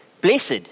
blessed